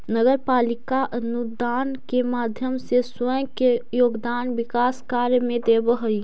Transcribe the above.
नगर पालिका अनुदान के माध्यम से स्वयं के योगदान विकास कार्य में देवऽ हई